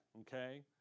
okay